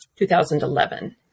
2011